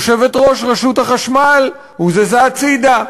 יושבת-ראש רשות החשמל הוזזה הצדה,